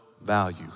value